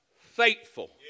faithful